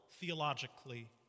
theologically